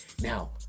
Now